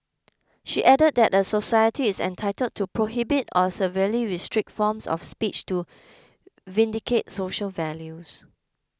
she added that a society is entitled to prohibit or severely restrict forms of speech to vindicate social values